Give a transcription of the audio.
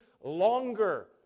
longer